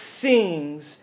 sings